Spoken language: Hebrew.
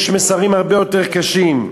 יש מסרים הרבה יתר קשים,